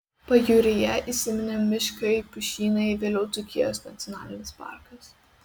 pajūryje įsiminė miškai pušynai vėliau dzūkijos nacionalinis parkas